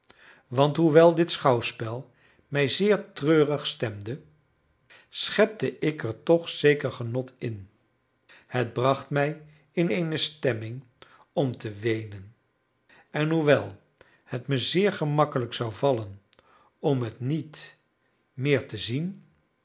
want hoewel dit schouwspel mij zeer treurig stemde schepte ik er toch zeker genot in het bracht mij in eene stemming om te weenen en hoewel het me zeer gemakkelijk zou vallen om het niet meer te zien ik